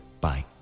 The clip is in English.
Bye